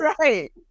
right